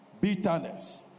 Bitterness